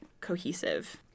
cohesive